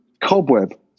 cobweb